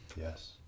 Yes